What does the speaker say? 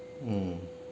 mm